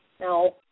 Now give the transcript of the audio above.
now